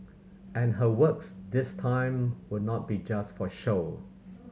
and her works this time will not be just for show